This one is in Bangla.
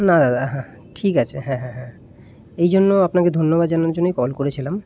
না দাদা হ্যাঁ ঠিক আছে হ্যাঁ হ্যাঁ হ্যাঁ এই জন্য আপনাকে ধন্যবাদ জানানোর জন্যই কল করেছিলাম